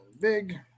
big